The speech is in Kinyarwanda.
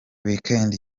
weekend